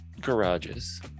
garages